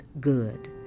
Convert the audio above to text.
good